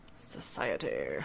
Society